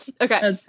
Okay